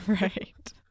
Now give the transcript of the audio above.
Right